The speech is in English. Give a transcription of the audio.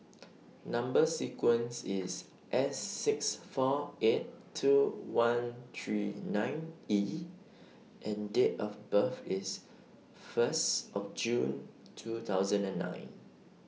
Number sequence IS S six four eight two one three nine E and Date of birth IS First of June two thousand and nine